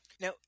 now